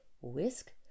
whisk